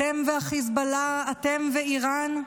אתם וחיזבאללה, אתם ואיראן?